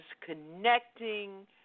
connecting –